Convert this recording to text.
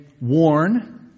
warn